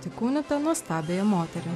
įkūnytą nuostabiąją moterį